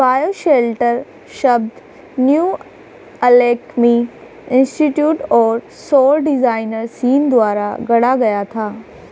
bioshelter शब्द New Alchemy Institute और सौर डिजाइनर सीन द्वारा गढ़ा गया था